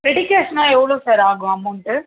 ready கேஷ்னால் எவ்வளோ sir ஆகும் அமௌண்ட்டு